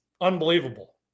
unbelievable